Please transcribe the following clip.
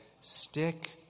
Stick